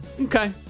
Okay